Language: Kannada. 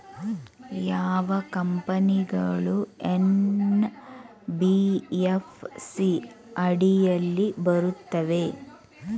ಯಾವ ಕಂಪನಿಗಳು ಎನ್.ಬಿ.ಎಫ್.ಸಿ ಅಡಿಯಲ್ಲಿ ಬರುತ್ತವೆ?